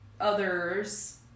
others